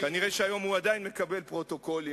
כנראה היום הוא עדיין מקבל פרוטוקולים